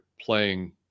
playing